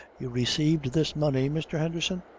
you received this money, mr. henderson?